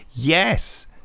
Yes